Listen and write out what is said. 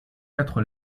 quatre